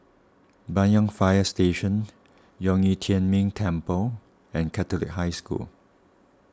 Banyan Fire Station Zhong Yi Tian Ming Temple and Catholic High School